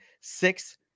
six